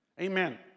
Amen